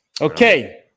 Okay